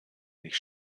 nicht